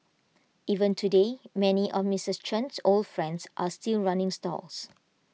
even today many of Misters Chen old friends are still running stalls